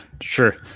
sure